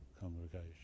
congregation